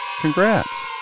congrats